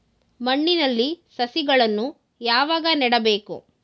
ಮಣ್ಣಿನಲ್ಲಿ ಸಸಿಗಳನ್ನು ಯಾವಾಗ ನೆಡಬೇಕು?